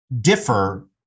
differ